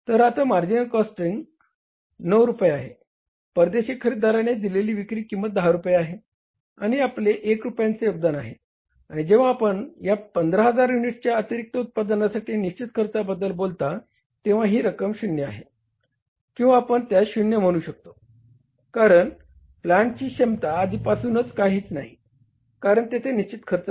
तर आता marginal cost 9 रुपये आहे परदेशी खरेदीदाराने दिलेली विक्री किंमत 10 रुपये आहे आणि आपले 1 रुपयांचे योगदान आहे आणि जेव्हा आपण या 15000 युनिट्सच्या अतिरिक्त उत्पादनासाठी निश्चित खर्चाबद्दल बोलता तेव्हा ही रक्कम 0 आहे किंवा आपण त्यास शून्य म्हणू शकता कारण प्लांटची क्षमता आधीपासूनच काहीच नाही कारण येथे निश्चित खर्च नाही